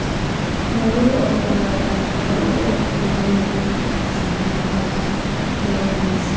ꯃꯔꯨ ꯑꯣꯏꯕ ꯌꯥꯝꯅ ꯃꯔꯨ ꯑꯣꯏꯕ ꯈꯨꯡꯒꯪꯒꯤ ꯁꯥꯟꯅꯕ ꯒꯦꯝꯁ